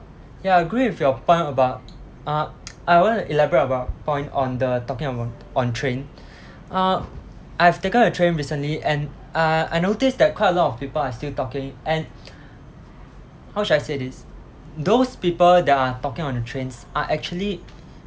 ya I agree your point about uh I want to elaborate about point on the talking on on train uh I've taken a train recently and uh I noticed that quite a lot of people are still talking and how should I say this those people that are talking on the trains are actually